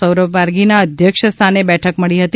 સૌરભ પારધીના અદયક્ષ સ્થાને બેઠક મળી હતી